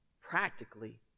practically